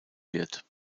wird